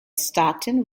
stockton